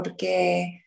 porque